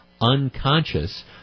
unconscious